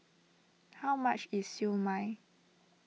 how much is Siew Mai